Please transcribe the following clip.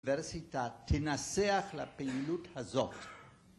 האוניברסיטה תנסח לפעילות הזאת...